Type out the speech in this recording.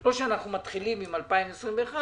לא שאנחנו מתחילים עם 2021,